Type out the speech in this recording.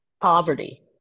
poverty